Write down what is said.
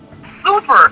Super